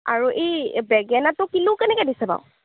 আৰু এই বেঙেনাটো কিলো কেনেকৈ দিছে বাৰু